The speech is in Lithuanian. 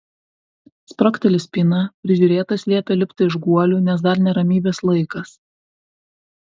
spragteli spyna prižiūrėtojas liepia lipti iš guolių nes dar ne ramybės laikas